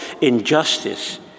injustice